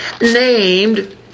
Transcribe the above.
named